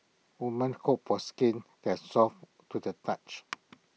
women hope for skin that is soft to the touch